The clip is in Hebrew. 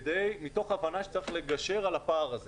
מתוך הבנה שצריך לגשר על הפער הזה